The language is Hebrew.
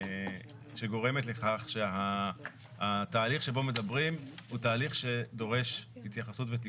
שגורמת לכך שהתהליך שבו מדברים הוא תהליך שדורש התייחסות ותיקון.